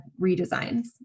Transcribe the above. redesigns